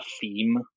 theme